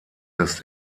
des